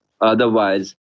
Otherwise